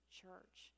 church